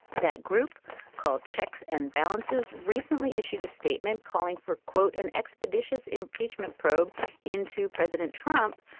that group called checks and balances recently issued a statement calling for quote an expeditious impeachment probe into president trump.